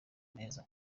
meza